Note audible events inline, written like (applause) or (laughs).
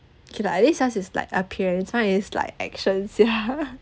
okay lah at least yours is like appearance mine is like actions ya (laughs)